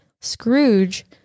Scrooge